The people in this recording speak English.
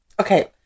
okay